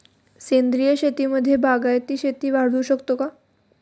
सेंद्रिय शेतीमध्ये बागायती शेती वाढवू शकतो का?